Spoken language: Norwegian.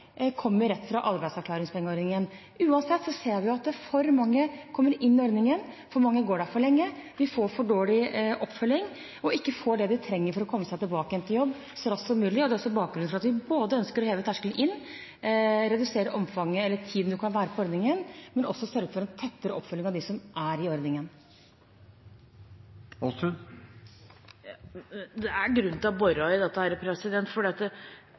kommer over på uføretrygd, kommer rett fra arbeidsavklaringspengeordningen. Uansett ser vi at for mange kommer inn i ordningen, for mange går der for lenge, de får for dårlig oppfølging, og de får ikke det de trenger for å komme seg tilbake i jobb så raskt som mulig. Det er bakgrunnen for at vi ønsker både å heve terskelen for å komme inn, redusere tiden man kan være i ordningen, og også sørge for en tettere oppfølging av dem som er i ordningen. Det er grunn til å bore i dette, for det